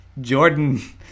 Jordan